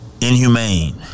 Inhumane